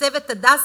שתייצב את "הדסה",